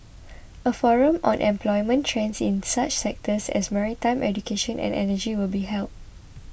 a forum on employment trends in such sectors as maritime education and energy will be held